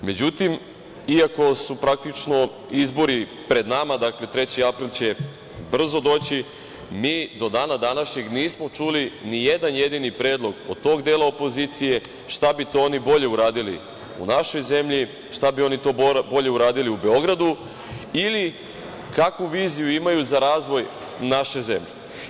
Međutim, iako su praktično izbori pred nama, dakle 3. april će brzo doći, mi do dana današnjeg nismo čuli ni jedan jedini predlog od tog dela opozicije šta bi to oni bolje uradili u našoj zemlji, šta bi to bolje oni uradili u Beogradu ili kakvu viziju imaju za razvoj naše zemlje.